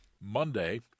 Monday